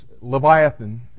Leviathan